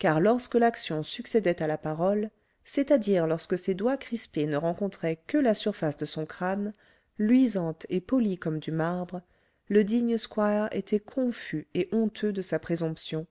car lorsque l'action succédait à la parole c'est-à-dire lorsque ses doigts crispés ne rencontraient que la surface de son crâne luisante et polie comme du marbre le digne squire était confus et honteux de sa présomption